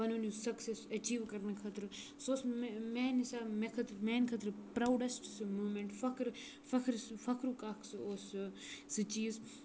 پَنُن یُس سَکسٮ۪س اٮ۪چیٖو کَرنہٕ خٲطرٕ سُہ اوس مےٚ میٛانہِ حِساب مےٚ خٲطرٕ میٛانہِ خٲطرٕ پرٛاوڈٮ۪سٹ سُہ موٗمٮ۪نٛٹ فخر فخر سُہ فخرُک اَکھ سُہ اوس سُہ سُہ چیٖز